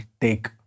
take